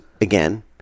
again